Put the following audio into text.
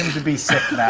and to be sick